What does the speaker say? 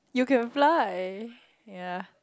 you can fly ya